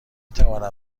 توانم